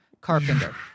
Carpenter